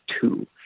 two